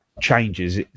changes